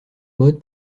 mode